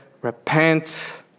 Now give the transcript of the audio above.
repent